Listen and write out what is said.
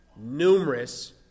numerous